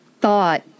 thought